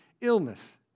illness